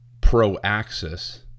pro-axis